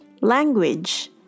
Language